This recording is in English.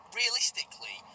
realistically